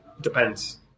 depends